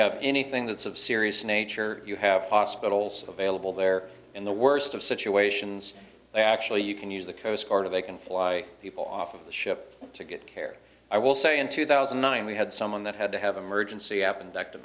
have anything that's of serious nature you have hospitals available there in the worst of situations actually you can use the coast guard of a can fly people off of the ship to get care i will say in two thousand and nine we had someone that had to have emergency